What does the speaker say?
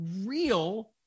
real